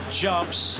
jumps